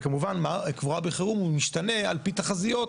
וכמובן הקבורה בחירום משתנה על פי תחזיות,